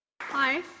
Hi